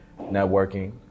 networking